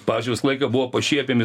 pavyzdžiui visą laiką buvo pašiepiami